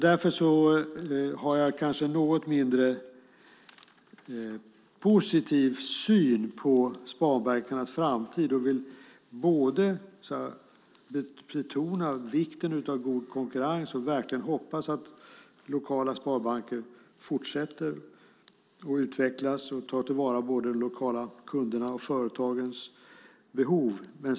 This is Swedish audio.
Därför har jag kanske något mindre positiv syn på sparbankernas framtid och vill betona vikten av god konkurrens, och jag hoppas verkligen att lokala sparbanker fortsätter att utvecklas och tar till vara de lokala kundernas och företagens behov.